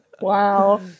Wow